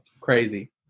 crazy